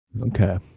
Okay